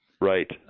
Right